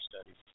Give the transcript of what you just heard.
studies